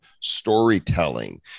storytelling